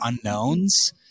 unknowns